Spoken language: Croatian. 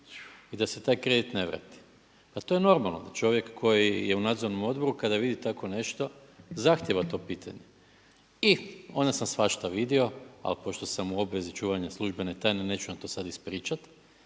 i da se taj kredit ne vrati. Pa to je normalno, da čovjek koji je u nadzornom odboru kada vidi tako nešto zahtjeva to pitanje. I onda sam svašta vidio, ali pošto sam u obvezi čuvanja službene tajne neću vam to sada ispričati,